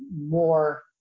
more